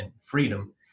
freedom